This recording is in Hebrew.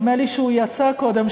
נדמה לי שהוא יצא קודם,